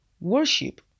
worship